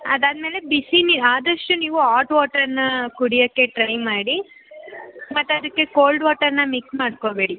ಅದಾದಮೇಲೆ ಬಿಸಿ ನೀರು ಆದಷ್ಟು ನೀವು ಆಟ್ ವಾಟರನ್ನ ಕುಡಿಯೋಕೆ ಟ್ರೈ ಮಾಡಿ ಮತ್ತೆ ಅದಕ್ಕೆ ಕೋಲ್ಡ್ ವಾಟರನ್ನ ಮಿಕ್ಸ್ ಮಾಡ್ಕೊಬೇಡಿ